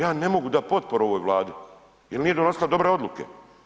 Ja ne mogu dati potporu ovoj Vladi jer nije donosila dobre odluke.